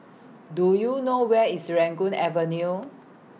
Do YOU know Where IS Avenue